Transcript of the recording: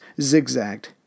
zigzagged